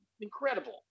incredible